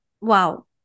wow